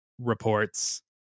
reports